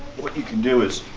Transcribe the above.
what you can do is